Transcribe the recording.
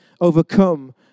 overcome